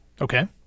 Okay